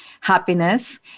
happiness